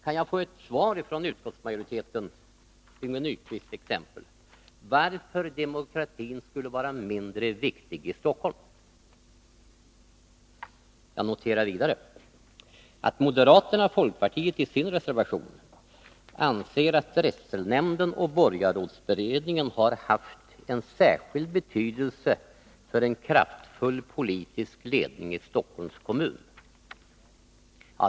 Kan jag få ett svar från utskottsmajoriteten, t.ex. från Yngve Nyquist, på frågan varför demokratin är mindre viktig i Stockholm? Jag noterar vidare att moderaterna och folkpartiet i sin reservation anser att drätselnämnden och borgarrådsberedningen har haft en särskild betydelse för en kraftfull politisk ledning i Stockholms kommun.